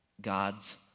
God's